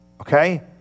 okay